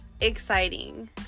exciting